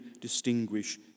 distinguish